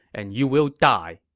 and you will die.